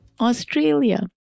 Australia